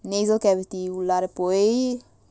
nasal cavity உள்ளார போயீ:ullaara poyee